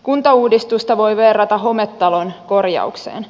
kuntauudistusta voi verrata hometalon korjaukseen